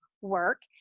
work